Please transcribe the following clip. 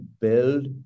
build